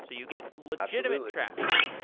so you get legitimate traffic,